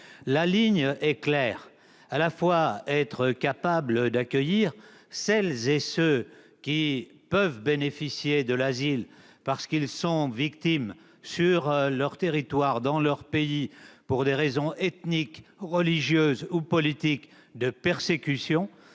La ligne est claire : être capables d'accueillir celles et ceux qui peuvent bénéficier de l'asile parce qu'ils sont victimes de persécutions dans leur territoire, dans leur pays, pour des raisons ethniques, religieuses ou politiques, et